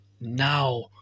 now